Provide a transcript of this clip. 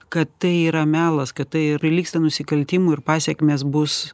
kad tai yra melas kad tai ir prilygsta nusikaltimui ir pasekmės bus